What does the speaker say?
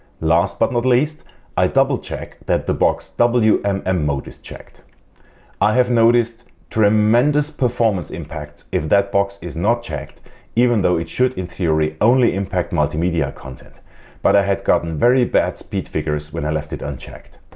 last but not least i double check that the box wmm um um mode is checked i have noticed tremendous performance impacts if that box is not checked even though it should in theory only impact multimedia content but i had gotten very bad speed figures when i left it unchecked.